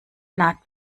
naht